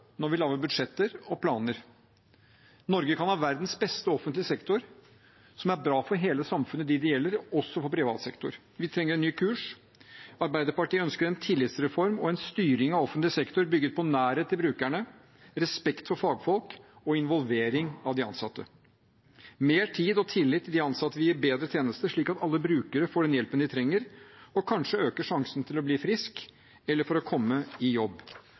når vi lager budsjetter og planer. Norge kan ha verdens beste offentlige sektor, som er bra for hele samfunnet og dem det gjelder, og også for privat sektor. Vi trenger en ny kurs. Arbeiderpartiet ønsker en tillitsreform, en styring av offentlig sektor bygget på nærhet til brukerne, respekt for fagfolk og involvering av de ansatte. Mer tid og tillit til de ansatte vil gi bedre tjenester, slik at alle brukere får den hjelpen de trenger, og kanskje øker sjansen for å bli frisk eller for å komme i jobb.